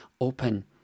open